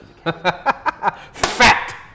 Fat